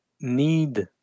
need